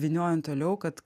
vyniojant toliau kad